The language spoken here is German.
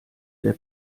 der